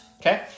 okay